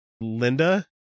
Linda